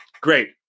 great